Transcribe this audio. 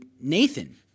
Nathan